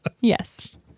Yes